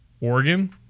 Oregon